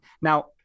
now